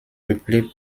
peuplé